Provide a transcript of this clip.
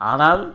Anal